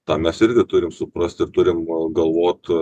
tam mes irgi turim suprasti ir turim galvot